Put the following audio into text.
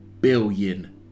billion